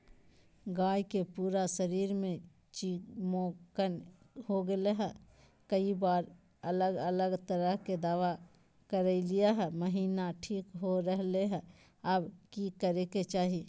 गाय के पूरा शरीर में चिमोकन हो गेलै है, कई बार अलग अलग तरह के दवा ल्गैलिए है महिना ठीक हो रहले है, अब की करे के चाही?